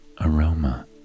aroma